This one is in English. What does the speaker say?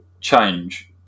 change